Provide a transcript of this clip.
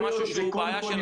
קודם כול,